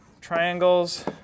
triangles